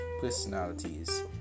personalities